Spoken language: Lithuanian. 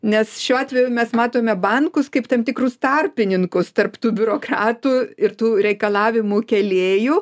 nes šiuo atveju mes matome bankus kaip tam tikrus tarpininkus tarp biurokratų ir tų reikalavimų kėlėjų